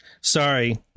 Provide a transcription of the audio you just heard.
Sorry